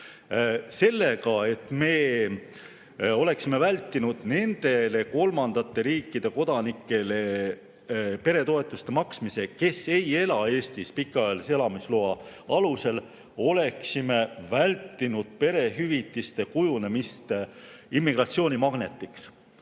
Kui me oleksime vältinud nendele kolmandate riikide kodanikele peretoetuste maksmist, kes ei ela Eestis pikaajalise elamisloa alusel, siis oleksime vältinud perehüvitiste kujunemist immigratsioonimagnetiks.